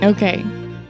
Okay